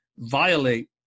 Violate